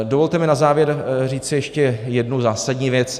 Dovolte mi na závěr říci ještě jednu zásadní věc.